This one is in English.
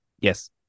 yes